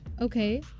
okay